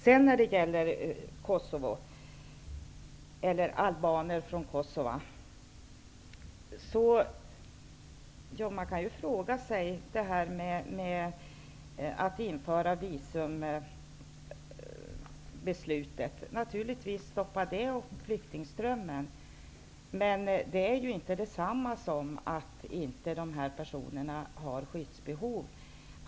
Sedan till frågan om albaner från Kosova. Visumtvånget stoppar naturligtvis upp flyktingströmmen. Men det är inte detsamma som att dessa personer inte har skyddsbehov.